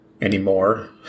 Anymore